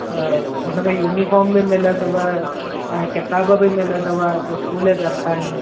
अ उनमें यूनिफॉर्म बि मिलंदव ऐं किताब बि मिलंदव स्कूल जे तरफां ई